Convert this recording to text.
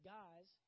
guys